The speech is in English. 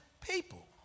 people